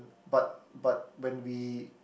but but when we